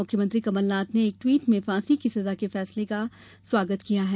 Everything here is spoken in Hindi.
मुख्यमंत्री कमलनाथ ने एक ट्विट में फांसी की सजा के फैसले को स्वागत योग्य बताया है